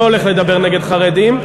לא הולך לדבר נגד חרדים,